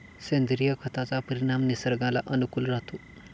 सेंद्रिय खताचा परिणाम निसर्गाला अनुकूल राहतो